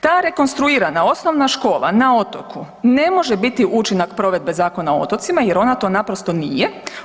Ta rekonstruirana osnovna škola na otoku ne može biti učinak provedbe Zakona o otocima jer ona to naprosto nije.